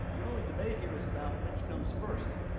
the only debate here is about which comes first.